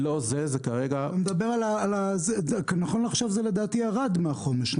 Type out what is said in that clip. נכון לעכשיו, לדעתי, זה ירד מהחומש.